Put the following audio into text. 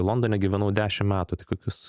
londone gyvenau dešim metų tai kokius